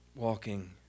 walking